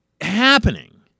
happening